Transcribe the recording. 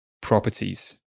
properties